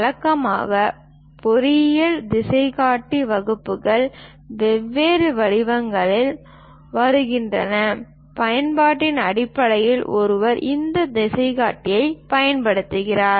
வழக்கமான பொறியியல் திசைகாட்டி வகுப்பிகள் வெவ்வேறு வடிவங்களில் வருகின்றன பயன்பாட்டின் அடிப்படையில் ஒருவர் இந்த திசைகாட்டி பயன்படுத்துகிறார்